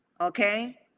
okay